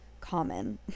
common